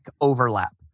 overlap